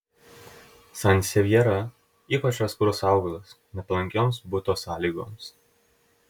sansevjera ypač atsparus augalas nepalankioms buto sąlygoms